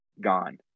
gone